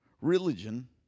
religion